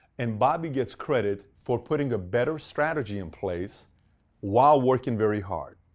and bobby gets credit for putting a better strategy in place while working very hard.